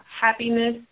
happiness